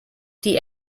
die